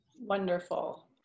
Wonderful